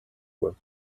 work